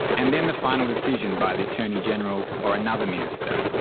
and then the final decision by the attorney general or another minister.